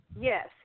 Yes